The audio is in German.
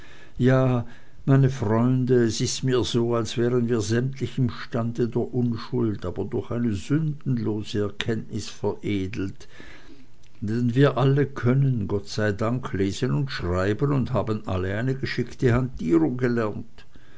ja meine freunde es ist mir so als wären wir sämtlich im stande der unschuld aber durch eine sündenlose erkenntnis veredelt denn wir alle können gott sei dank lesen und schreiben und haben alle eine geschickte hantierung gelernt